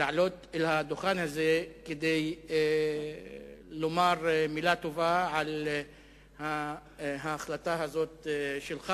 לעלות אל הדוכן הזה כדי לומר מלה טובה על ההחלטה הזאת שלך.